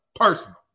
Personal